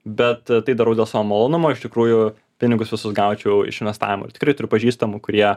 bet tai darau dėl savo malonumo iš tikrųjų pinigus visus gaučiau iš investavimo ir tikrai turiu pažįstamų kurie